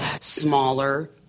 smaller